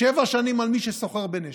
שבע שנים על מי שסוחר בנשק,